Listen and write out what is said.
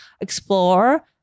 explore